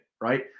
right